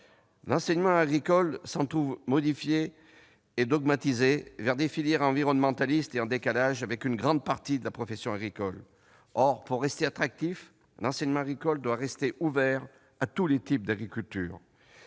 L'enseignement agricole s'en trouve modifié et dogmatisé vers des filières environnementalistes en décalage avec une grande partie de la profession. Or, pour rester attractif, il doit rester ouvert à tous les types d'agriculture.